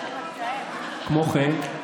כמו כן,